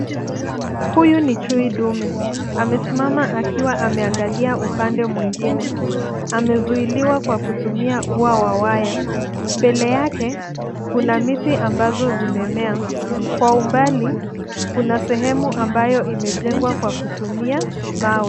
Huyu ni chui dume. Amesimama akiwa ameangalia upande mwingine. Amezuiliwa kwa kutumia ua wa waya. Mbele yake, kuna miti ambazo zimemea. Kwa umbali, kuna sehemu ambayo imejengwa kwa kutumia mawe.